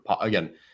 Again